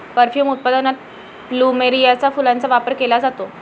perfume उत्पादनात प्लुमेरियाच्या फुलांचा वापर केला जातो